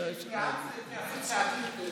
התייעצתי התייעצות סיעתית.